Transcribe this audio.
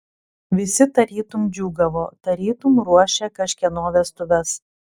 visi tarytum džiūgavo tarytum ruošė kažkieno vestuves